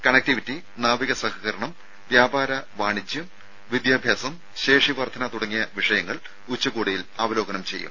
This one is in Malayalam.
കണക്ടിവിറ്റി നാവിക സഹകരണം വ്യാപാര വാണിജ്യം വിദ്യാഭ്യാസം ശേഷി വർദ്ധന തുടങ്ങിയ വിഷയങ്ങൾ ഉച്ചകോടിയിൽ അവലോകനം ചെയ്യും